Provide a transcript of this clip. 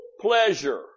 pleasure